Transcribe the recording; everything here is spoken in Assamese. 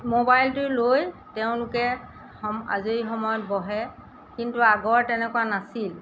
মোবাইলটো লৈ তেওঁলোকে আজৰি সময়ত বহে কিন্তু আগৰ তেনেকুৱা নাছিল